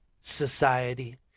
society